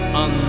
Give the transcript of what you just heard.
on